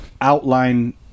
outline